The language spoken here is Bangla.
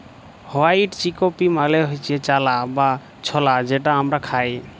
হয়াইট চিকপি মালে হচ্যে চালা বা ছলা যেটা হামরা খাই